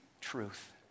truth